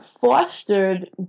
fostered